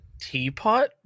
teapot